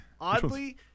Oddly